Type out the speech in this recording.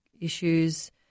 issues